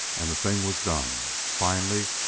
and the thing was done. finally,